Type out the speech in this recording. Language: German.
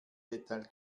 detail